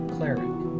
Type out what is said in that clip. Cleric